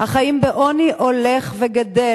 החיים בעוני הולך וגדל.